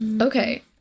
Okay